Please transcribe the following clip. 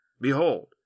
Behold